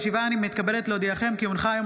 מקרקעי ישראל (תיקון,